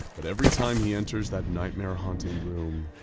but every time he enters that nightmare-haunting room,